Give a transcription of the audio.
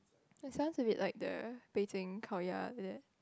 it sounds a bit like the Beijing Kao-Ya is it